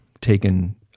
taken